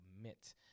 commit